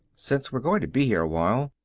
since we're going to be here awhile